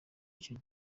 icyo